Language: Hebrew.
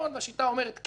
השיטה אומרת: יש ממשלה,